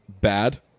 bad